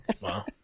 Wow